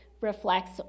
reflects